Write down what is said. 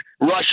Russia